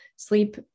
sleep